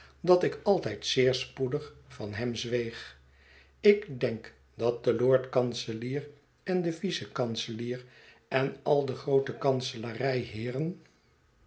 dat ik altijd zeer spoedig van hem zweeg ik denk dat de lord-kanselier en de vice kanselier en al de groote kanselarijheeren